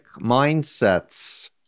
mindsets